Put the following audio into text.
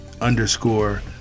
underscore